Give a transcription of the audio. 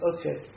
Okay